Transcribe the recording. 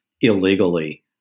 illegally